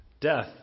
death